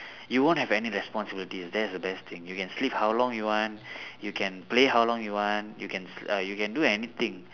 you won't have any responsibilities that's the best thing you can sleep how long you want you can play how long you want you can s~ uh you can do anything